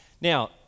Now